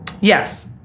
Yes